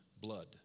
blood